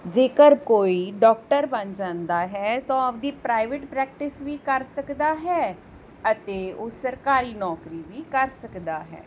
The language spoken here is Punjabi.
ਜੇਕਰ ਕੋਈ ਡਾਕਟਰ ਬਣ ਜਾਂਦਾ ਹੈ ਤਾਂ ਆਪਣੀ ਪ੍ਰਾਈਵੇਟ ਪ੍ਰੈਕਟਿਸ ਵੀ ਕਰ ਸਕਦਾ ਹੈ ਅਤੇ ਉਹ ਸਰਕਾਰੀ ਨੌਕਰੀ ਵੀ ਕਰ ਸਕਦਾ ਹੈ